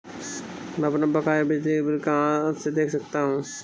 मैं अपना बकाया बिजली का बिल कहाँ से देख सकता हूँ?